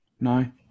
No